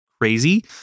crazy